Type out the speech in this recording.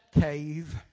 cave